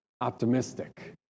optimistic